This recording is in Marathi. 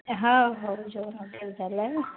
हो हो जेवण वगैरे झालं आहे ना